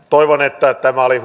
toivon että oli